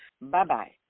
Bye-bye